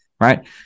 right